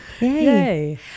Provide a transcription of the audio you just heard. Yay